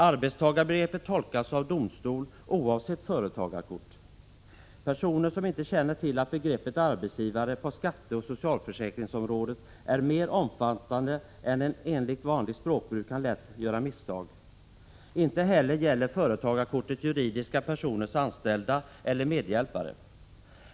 Arbetstagarbegreppet tolkas av domstol, oavsett företagarkortet. Personer som inte känner till att begreppet arbetsgivare på skatteoch socialförsäkringsområdet är mer omfattande än enligt vanligt språkbruk kan lätt göra misstag. Inte heller gäller företagarkortet juridiska personers anställda eller medhjälpare.